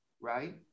right